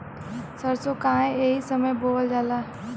सरसो काहे एही समय बोवल जाला?